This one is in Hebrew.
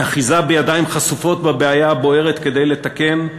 אחיזה בידיים חשופות בבעיה הבוערת, כדי לתקן,